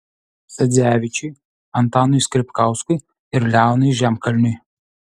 sadzevičiui antanui skripkauskui ir leonui žemkalniui